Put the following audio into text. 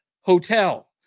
hotel